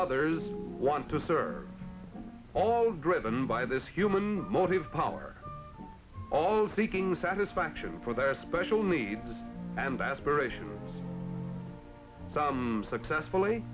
others want to serve all driven by this human motive power all seeking satisfaction for their special needs and aspirations some successfully